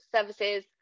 services